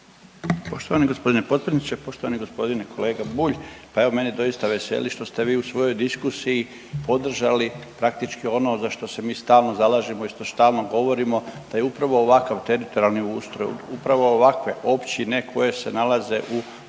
Poštovani g. potpredsjedniče. Poštovani g. kolega Bulj, pa evo mene doista veseli što ste vi u svojoj diskusiji podržali praktički ono za šta se mi stalno zalažemo i što stalno govorimo da je upravo ovakav teritorijalni ustroj, upravo ovakve općine koje se nalaze u doista